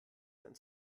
sein